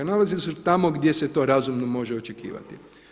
Nalazi se tamo gdje se to razumno može očekivati.